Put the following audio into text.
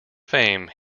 fame